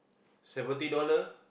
seventy dollar